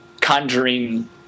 conjuring